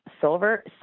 silver